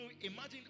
imagine